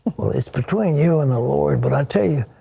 is between you and the lord but i tell you,